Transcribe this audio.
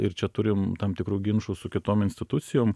ir čia turim tam tikrų ginčų su kitom institucijom